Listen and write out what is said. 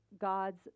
God's